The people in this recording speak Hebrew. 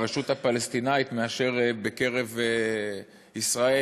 ברשות הפלסטינית מאשר בקרב ישראל,